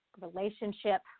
relationship